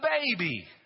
baby